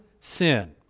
sin